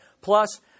Plus